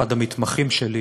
אחד המתמחים שלי,